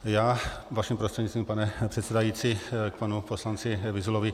Já vaším prostřednictvím, pane předsedající, k panu poslanci Vyzulovi.